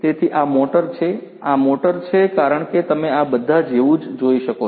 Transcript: તેથી આ મોટર છે આ મોટર છે કારણ કે તમે આ બધા જેવું જ જોઇ શકો છો